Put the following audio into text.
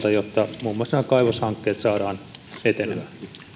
osalta jotta muun muassa nämä kaivoshankkeet saadaan etenemään